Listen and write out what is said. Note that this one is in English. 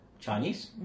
Chinese